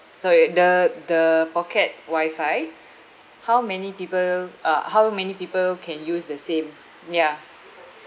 sorry the the pocket wifi how many people uh how many people can use the same ya